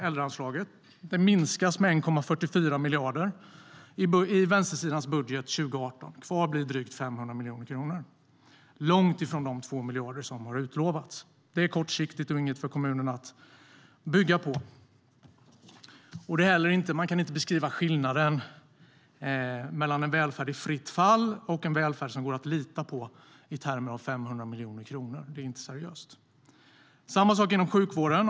Äldreanslaget minskas med 1,44 miljarder i vänstersidans budget till 2018. Kvar blir drygt 500 miljoner kronor. Det är långt från de 2 miljarder som har utlovats. Det är kortsiktigt och inget för kommunerna att bygga på. Man kan inte heller beskriva skillnaden mellan en välfärd i fritt fall och en välfärd som går att lita på i termer av 500 miljoner kronor. Det är inte seriöst. Det är samma sak inom sjukvården.